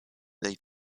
they